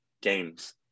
games